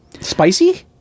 Spicy